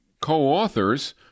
co-authors